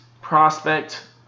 prospect